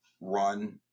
run